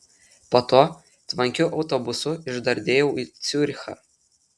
po to tvankiu autobusu išdardėjau į ciurichą